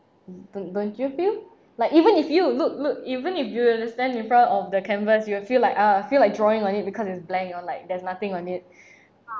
don't don't you feel like even if you look look even if you were to stand in front of the canvas you will feel like uh feel like drawing on it because it's blank or like there's nothing on it